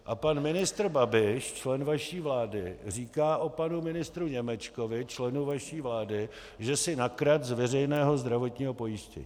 A pan ministr Babiš, člen vaší vlády, říká o panu ministru Němečkovi, členu vaší vlády, že si nakradl z veřejného zdravotního pojištění.